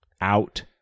out